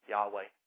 Yahweh